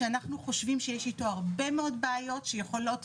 שאנחנו חושבים שיש איתו הרבה מאוד בעיות שיכולות